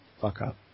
fuck-up